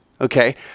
Okay